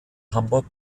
hamburg